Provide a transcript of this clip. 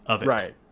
Right